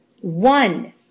one